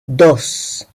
dos